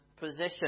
position